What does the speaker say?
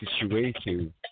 situation